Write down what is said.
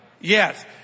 Yes